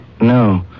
No